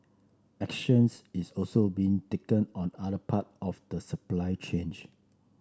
actions is also being taken on other part of the supply change